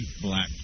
black